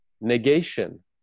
negation